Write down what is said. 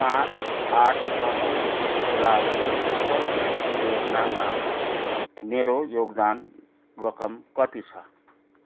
पाचँ आठ छ नौ को लागि अटल पेन्सन योजनामा मेरो योगदान रकम कति छ